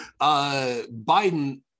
Biden